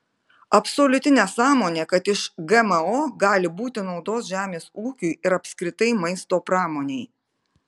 absoliuti nesąmonė kad iš gmo gali būti naudos žemės ūkiui ir apskritai maisto pramonei